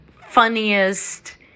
funniest